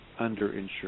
underinsured